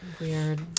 Weird